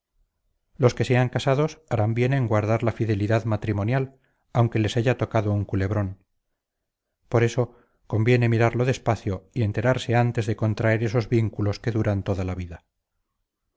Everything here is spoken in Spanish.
los que sean casados harán bien en guardar la fidelidad matrimonial aunque les haya tocado un culebrón por eso conviene mirarlo despacio y enterarse antes de contraer esos vínculos que duran toda la vida